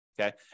Okay